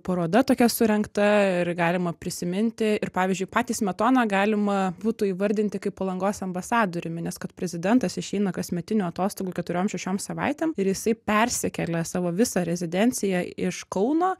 paroda tokia surengta ir galima prisiminti ir pavyzdžiui patį smetoną galima būtų įvardinti kaip palangos ambasadoriumi nes kad prezidentas išeina kasmetinių atostogų keturiom šešiom savaitėm ir jisai persikėlė savo visą rezidenciją iš kauno